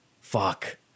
Fuck